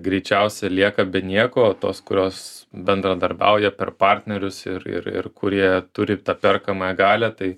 greičiausia lieka be nieko o tos kurios bendradarbiauja per partnerius ir ir ir kurie turi tą perkamąją galią tai